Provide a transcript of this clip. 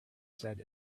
said